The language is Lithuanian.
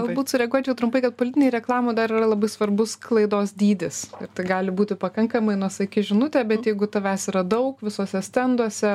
galbūt sureaguočiau trumpai gal politinėj reklamoj dar yra labai svarbus sklaidos dydis ir tai gali būti pakankamai nuosaiki žinutė bet jeigu tavęs yra daug visuose stenduose